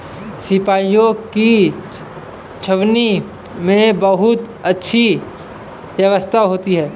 सिपाहियों की छावनी में बहुत अच्छी व्यवस्था होती है